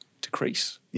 decrease